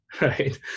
right